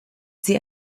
sie